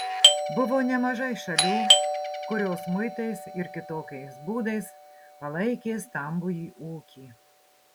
buvo nemažai šalių kurios muitais ir kitokiais būdais palaikė stambųjį ūkį